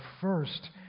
first